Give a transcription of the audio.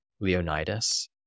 Leonidas